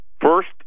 First